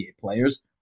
players